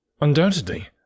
Undoubtedly